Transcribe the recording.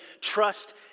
trust